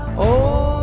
oh,